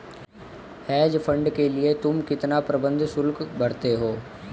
Hedge fund के लिए तुम कितना प्रबंधन शुल्क भरते हो?